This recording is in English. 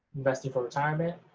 investing for retirement.